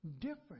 different